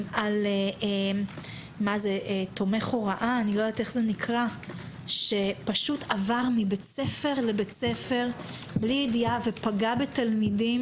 על תומך הוראה שפשוט עבר מבית ספר לבית ספר בלי ידיעה ופגע בתלמידים.